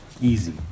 Easy